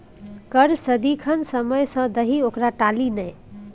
कर सदिखन समय सँ दही ओकरा टाली नै